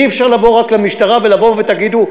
אי-אפשר לבוא רק למשטרה ותבואו ותגידו,